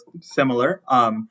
similar